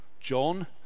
John